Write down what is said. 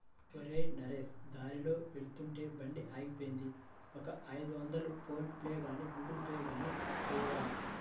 ఒరేయ్ నరేష్ దారిలో వెళ్తుంటే బండి ఆగిపోయింది ఒక ఐదొందలు ఫోన్ పేగానీ గూగుల్ పే గానీ చేయవా